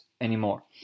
anymore